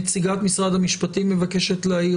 נציגת משרד המשפטים מבקש להעיר,